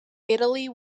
italy